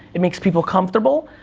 it makes people comfortable.